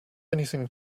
anything